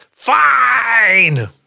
Fine